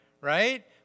right